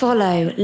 Follow